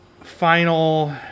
final